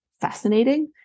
fascinating